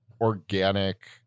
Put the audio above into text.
organic